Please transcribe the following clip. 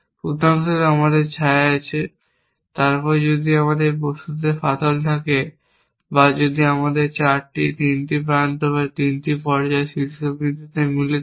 উদাহরণস্বরূপ আমাদের ছায়া আছে তারপর যদি আমাদের বস্তুতে ফাটল থাকে বা যদি আমাদের 4 3টি প্রান্ত 3টি পর্যায় শীর্ষবিন্দুতে মিলিত হয়